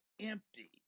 empty